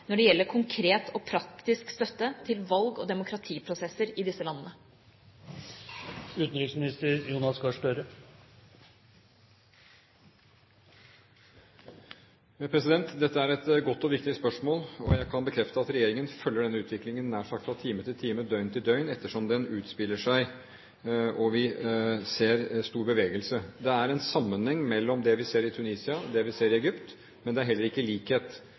når det gjelder konkret og praktisk støtte til valg- og demokratiprosesser i disse landene. Dette er et godt og viktig spørsmål, og jeg kan bekrefte at regjeringen følger denne utviklingen nær sagt fra time til time, døgn til døgn etter som den utspiller seg, og vi ser stor bevegelse. Det er en sammenheng mellom det vi ser i Tunisia, og det vi ser i Egypt, men det er heller ikke likhet,